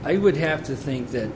i would have to think that